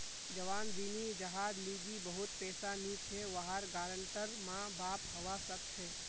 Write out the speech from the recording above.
जवान ऋणी जहार लीगी बहुत पैसा नी छे वहार गारंटर माँ बाप हवा सक छे